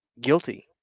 Guilty